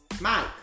Mike